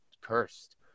cursed